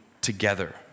together